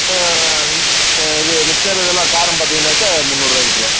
இது மிச்சர் இதெல்லாம் காரம் பார்த்திங்கனாக்கா முன்னூறுபாங்க கிலோ